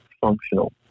functional